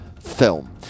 film